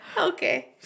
Okay